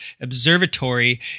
Observatory